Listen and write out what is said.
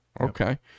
okay